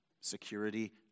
security